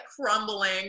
crumbling